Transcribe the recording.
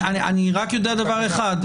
יכול להיות שכן,